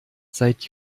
seit